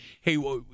Hey